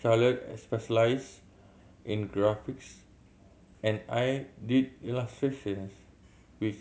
Charlotte specialized in graphics and I did illustrations which